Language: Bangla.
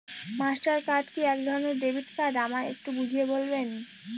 মাস্টার কার্ড কি একধরণের ডেবিট কার্ড আমায় একটু বুঝিয়ে বলবেন?